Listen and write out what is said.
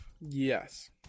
Yes